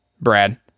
Brad